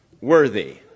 worthy